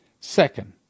Second